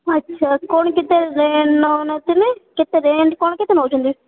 ଆଚ୍ଛା କ'ଣ କେତେ ରେଣ୍ଟ୍ ନେଉନଥିଲେ କେତେ ରେଣ୍ଟ୍ କ'ଣ କେତେ ନେଉଛନ୍ତି